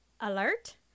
alert